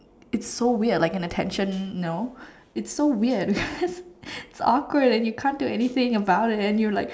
it's so weird like an attention you know it's so weird it's awkward and you can't do anything about it and you're like